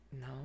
No